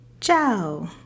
ciao